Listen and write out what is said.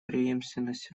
преемственность